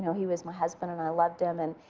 he was my husband and i loved him. and,